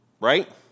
Right